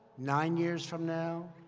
nine years from now,